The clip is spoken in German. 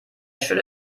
schöne